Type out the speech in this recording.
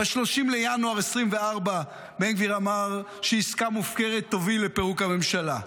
ב-30 בינואר 2024 בן גביר אמר שעסקה מופקרת תוביל לפירוק הממשלה.